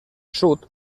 sud